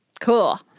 Cool